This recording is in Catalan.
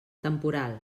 temporal